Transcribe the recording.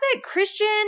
Christian